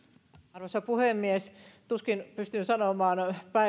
arvoisa puhemies tuskin pystyn sanomaan